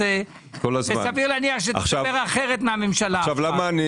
סביר להניח שתדבר אחרת מהממשלה עכשיו.